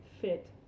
fit